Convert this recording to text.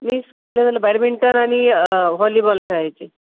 मी स्कूलला बॅडमिंटन आणि वॉलीबॉल खेळायचे